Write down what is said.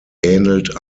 ähnelt